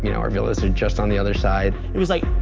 you know our villa is and just on the other side it was like,